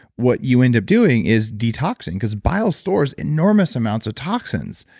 what you end up doing is detoxing because bile stores enormous amounts of toxins.